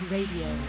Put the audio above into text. Radio